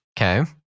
Okay